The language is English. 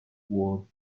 wood